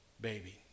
baby